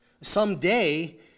Someday